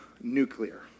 Nuclear